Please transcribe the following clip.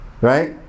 Right